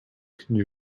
canoe